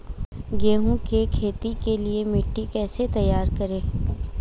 गेहूँ की खेती के लिए मिट्टी कैसे तैयार करें?